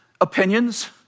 opinions